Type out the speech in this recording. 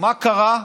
מה קרה.